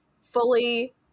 fully